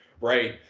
right